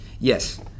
yes